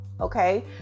okay